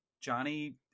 johnny